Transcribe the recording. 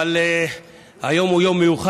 אבל היום הוא יום מיוחד,